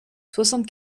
soixante